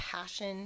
passion